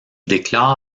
déclare